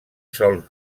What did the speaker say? sols